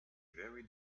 very